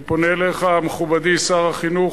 אני פונה אליך, מכובדי שר החינוך,